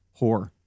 whore